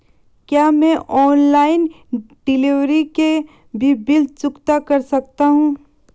क्या मैं online delivery के भी बिल चुकता कर सकता हूँ?